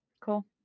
Cool